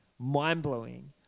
mind-blowing